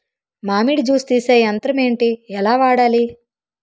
మామిడి జూస్ తీసే యంత్రం ఏంటి? ఎలా వాడాలి?